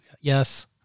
Yes